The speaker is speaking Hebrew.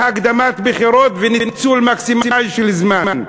והקדמת בחירות וניצול מקסימלי של זמן,